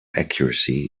accuracy